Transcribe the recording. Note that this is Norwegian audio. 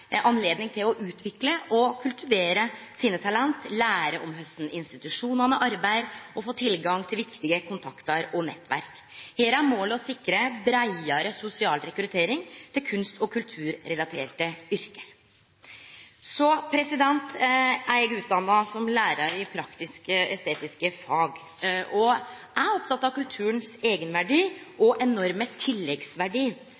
anledning til å utvikle og kultivere sine talent, lære om korleis institusjonane arbeider, og få tilgang til viktige kontaktar og nettverk. Her er målet å sikre ein breiare sosial rekruttering til kunst- og kulturrelaterte yrke. Eg er utdanna som lærar i praktisk-estetiske fag og er oppteken av kulturen sin eigenverdi